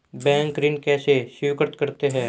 Bank ऋण कैसे स्वीकृत करते हैं?